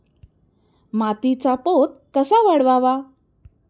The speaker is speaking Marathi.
मातीचा पोत कसा वाढवावा?